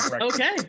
Okay